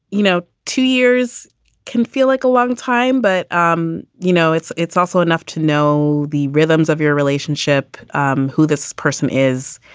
you know, two years can feel like a long time but, um you know, it's it's also enough to know the rhythms of your relationship. um who this person is.